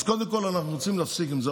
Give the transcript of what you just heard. אז קודם כול אנחנו רוצים להפסיק עם זה: